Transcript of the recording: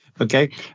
okay